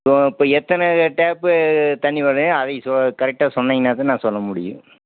so இப்போ இப்போ எத்தனை டேப்பு தண்ணி வர்லங்க அதையும் சொ கரெக்டாக சொன்னிங்கனா தான் நான் சொல்ல முடியும்